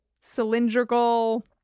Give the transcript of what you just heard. cylindrical